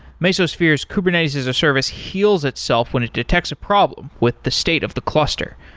mesosphere's kubernetes-as-a-service heals itself when it detects a problem with the state of the cluster.